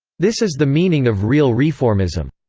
this is the meaning of real reformism.